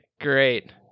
Great